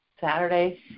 Saturday